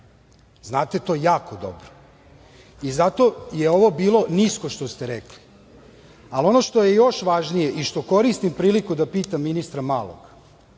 Znate to jako dobro. Zato je ovo bilo nisko što ste rekli. Ono što je još važnije i što koristim priliku da pitam ministra Malog,